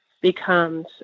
becomes